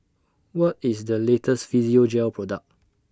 What IS The latest Physiogel Product